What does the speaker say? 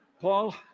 Paul